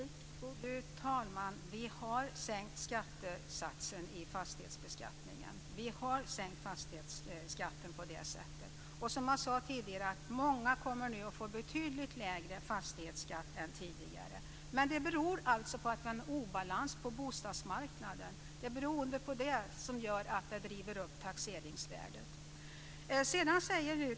Fru talman! Vi har sänkt skattesatsen i fastighetsbeskattningen. Vi har på det sättet sänkt fastighetsskatten. Som jag sade tidigare: Många kommer nu att få betydligt lägre fastighetsskatt än tidigare. Men det råder en obalans på bostadsmarknaden, och det är det som driver upp taxeringsvärdet.